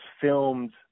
filmed